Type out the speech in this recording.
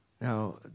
Now